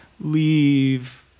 leave